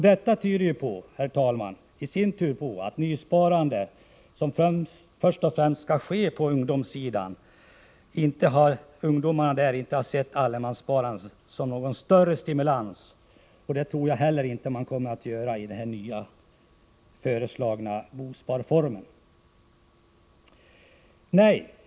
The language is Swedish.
Detta tyder ju, herr talman, i sin tur på att nyspararna, som kanske först och främst är ungdomar, inte har sett allemanssparandet som någon större stimulans. Jag tror inte att ungdomarna kommer att se någon större stimulans i den nu föreslagna bosparformen. Herr talman!